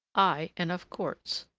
aye, and of courts.